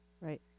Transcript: Right